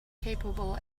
capable